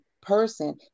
person